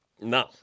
No